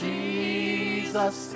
Jesus